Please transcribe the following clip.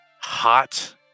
hot